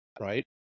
right